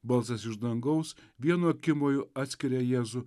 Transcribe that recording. balsas iš dangaus vienu akimoju atskiria jėzų